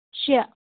شےٚ